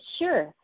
sure